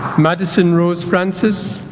maddison rose francis